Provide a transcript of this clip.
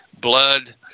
blood